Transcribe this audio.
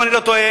אם אני לא טועה,